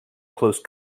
close